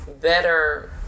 better